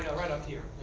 you know right up here.